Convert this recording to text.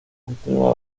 continúa